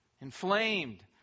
inflamed